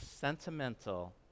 sentimental